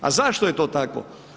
A zašto je to tako?